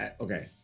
okay